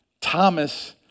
Thomas